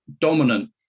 dominant